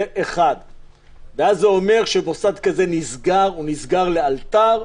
זה אומר שמוסד כזה נסגר, הוא נסגר לאלתר.